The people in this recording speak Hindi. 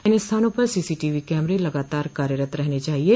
इन स्थानों पर सीसी टीवी कैमरे लगातार कार्यरत रहने चाहिये